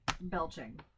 belching